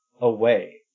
away